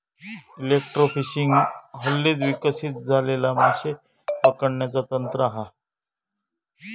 electrofishing हल्लीच विकसित झालेला माशे पकडण्याचा तंत्र हा